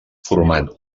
formant